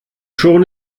schon